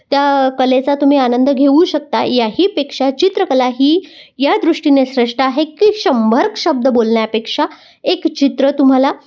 त्या कलेचा तुम्ही आनंद घेऊ शकता याहीपेक्षा चित्रकला ही या दृष्टीने श्रेष्ठ आहे की शंभर शब्द बोलण्यापेक्षा एक चित्र तुम्हाला